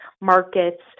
markets